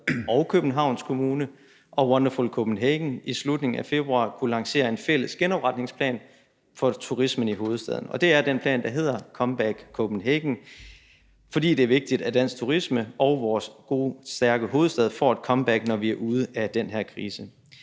Københavns Kommune og Wonderful Copenhagen i slutningen af februar kunne lancere en fælles genopretningsplan for turismen i hovedstaden, og det er den plan, der hedder »Comeback Copenhagen«, for det er vigtigt, at dansk turisme og vores gode, stærke hovedstad får et comeback, når vi er ude af den her krise.